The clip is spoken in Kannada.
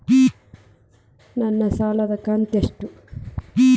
ನನ್ನ ಸಾಲದು ಕಂತ್ಯಷ್ಟು?